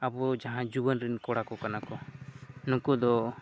ᱟᱵᱚ ᱡᱟᱦᱟᱸᱭ ᱡᱩᱣᱟᱹᱱ ᱨᱮᱱ ᱠᱚᱲᱟ ᱠᱚ ᱠᱟᱱᱟ ᱠᱚ ᱱᱩᱠᱩ ᱫᱚ